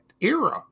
era